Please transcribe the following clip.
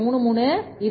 51 முதல் 1